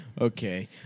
Okay